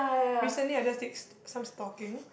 recently I just did s~ some stalking